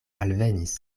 alvenis